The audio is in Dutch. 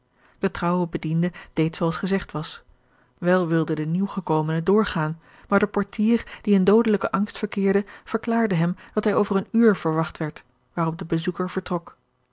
de trouwe bediende deed zooals gezegd was wel wilde de nieuw gekomene doorgaan maar de portier die in doodelijken angst verkeerde verklaarde hem dat hij over een uur verwacht werd waarop de bezoeker vertrok